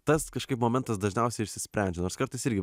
tas kažkaip momentas dažniausiai išsisprendžia nors kartais irgi